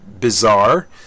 bizarre